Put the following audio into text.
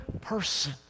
person